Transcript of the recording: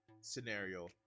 scenario